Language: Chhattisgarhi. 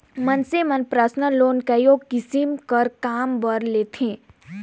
मइनसे मन परसनल लोन कइयो किसिम कर काम बर लेथें